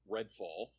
Redfall